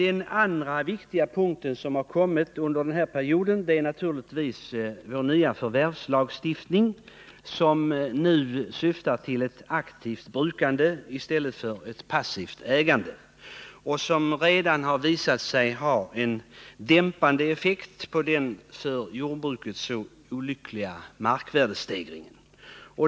En annan viktig reform under den här perioden är vår nya förvärvslagstiftning, som syftar till ett aktivt brukande i stället för ett passivt ägande. Den har redan visat sig ha en dämpande effekt på den för jordbruket så olyckliga markvärdestegringen.